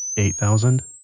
eight thousand.